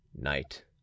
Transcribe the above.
night